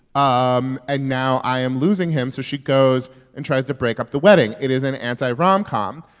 um and now i am losing him. so she goes and tries to break up the wedding. it is an anti-romcom.